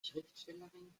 schriftstellerin